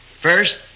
first